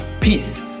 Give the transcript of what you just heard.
Peace